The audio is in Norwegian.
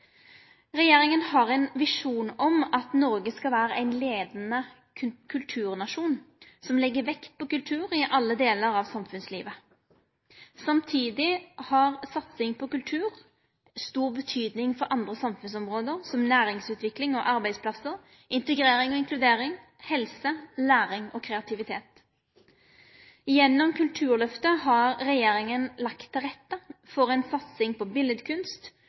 Regjeringa har ein visjon om at Noreg skal vere ein leiande kulturnasjon som legg vekt på kultur i alle delar av samfunnslivet. Samtidig har satsing på kultur stor betyding for andre samfunnsområde, som næringsutvikling og arbeidsplassar, integrering og inkludering, helse, læring og kreativitet. Gjennom Kulturløftet har regjeringa lagt til rette for ei satsing på